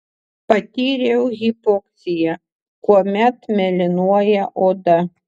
patyriau hipoksiją kuomet mėlynuoja oda